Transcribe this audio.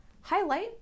highlight